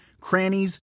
crannies